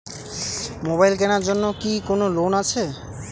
Mobile কেনার জন্য কি কোন লোন আছে?